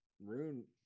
Rune